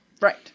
Right